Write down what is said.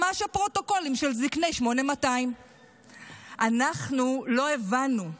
ממש הפרוטוקולים של זקני 8200. אנחנו לא הבנו,